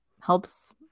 helps